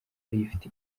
lift